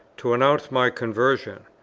to announce my conversion,